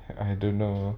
I don't know